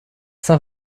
saint